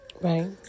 Right